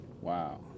Wow